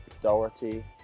Doherty